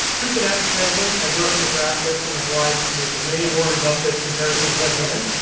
truth in advertising, i grew up in nebraska, so i'm obliged to make as many warren buffett comparisons as i can.